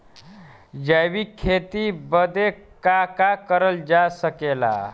जैविक खेती बदे का का करल जा सकेला?